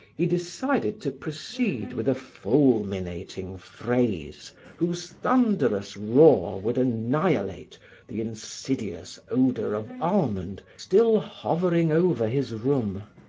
he decided to proceed with a fulminating phrase whose thunderous roar would annihilate the insidious odor of almond still hovering over his room.